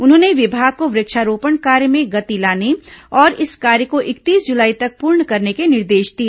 उन्होंने विभाग को वृक्षारोपण कार्य में गति लाने और इस कार्य को इकतीस जुलाई तक पूर्ण करने के निर्देश दिए